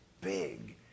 big